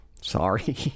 sorry